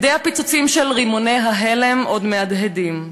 הדי הפיצוצים של רימוני ההלם עוד מהדהדים.